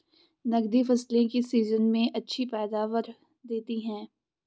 नकदी फसलें किस सीजन में अच्छी पैदावार देतीं हैं?